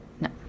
No